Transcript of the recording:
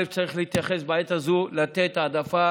צריך להתייחס, ובעת הזו לתת העדפה